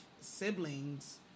siblings